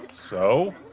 so?